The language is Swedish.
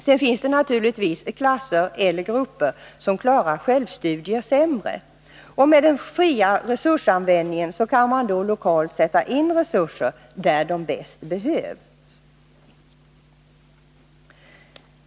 Sedan finns det naturligtvis klasser eller grupper som klarar självstudier sämre. Med den fria resursanvändningen kan man då lokalt sätta in resurser där de bäst behövs.